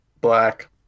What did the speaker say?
Black